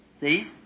See